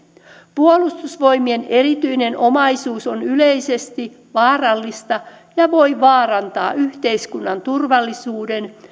puolustusvoimien erityinen omaisuus on yleisesti vaarallista ja voi vaarantaa yhteiskunnan turvallisuuden